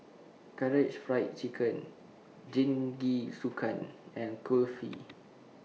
Karaage Fried Chicken Jingisukan and Kulfi